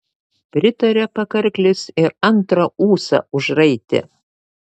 pritarė pakarklis ir antrą ūsą užraitė